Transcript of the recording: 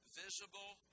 visible